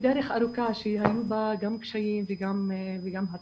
דרך ארוכה שהיו בה גם קשיים וגם הצלחות.